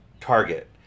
target